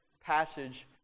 passage